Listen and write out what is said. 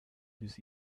this